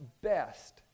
best